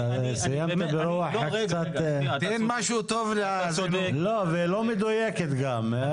סיימת ברוח קצת, ולא מדויקת גם.